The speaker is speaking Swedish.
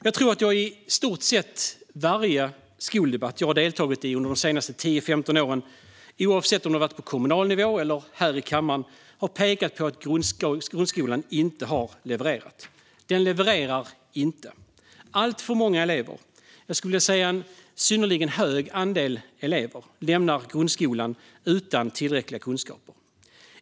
Jag tror att jag i stort sett i varje skoldebatt som jag har deltagit i under de senaste 10-15 åren, oavsett om det har varit på kommunal nivå eller här i kammaren, har pekat på att grundskolan inte har levererat. Den levererar inte. Alltför många elever - jag skulle vilja säga en synnerligen stor andel elever - lämnar grundskolan utan tillräckliga kunskaper.